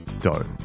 dough